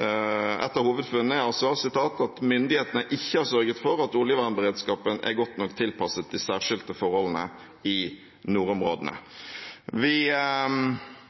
av hovedfunnene er: «Myndighetene har ikke sørget for at oljevernberedskapen er godt nok tilpasset de særskilte forholdene i nordområdene.» Vi